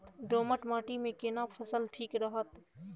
दोमट माटी मे केना फसल ठीक रहत?